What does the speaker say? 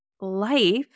life